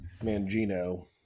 Mangino